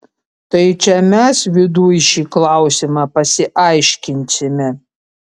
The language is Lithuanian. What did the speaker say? tai čia mes viduj šį klausimą pasiaiškinsime